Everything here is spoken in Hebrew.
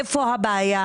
איפה הבעיה.